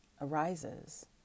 arises